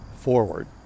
forward